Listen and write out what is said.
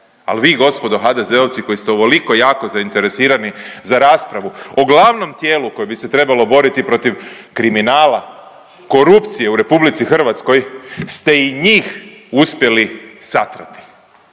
Ali vi gospodo HDZ-ovci koji ste ovoliko jako zainteresirani za raspravu o glavnom tijelu koje bi se trebalo boriti protiv kriminala, korupcije u RH ste i njih uspjeli satrati.